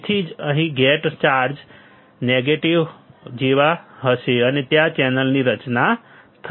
તેથી જ અહીં નેગેટિવ ચાર્જ જેવા હશે અને ત્યાં ચેનલની રચના હશે